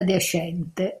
adiacente